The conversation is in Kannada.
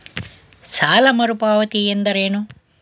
ಸಾಲ ಮರುಪಾವತಿ ಎಂದರೇನು?